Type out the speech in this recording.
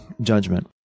judgment